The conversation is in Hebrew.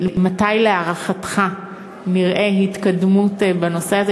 מתי להערכתך נראה התקדמות בנושא הזה,